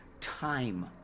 time